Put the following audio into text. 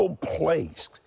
place